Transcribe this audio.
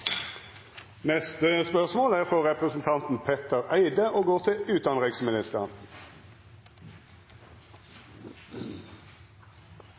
Neste spørsmål er frå representanten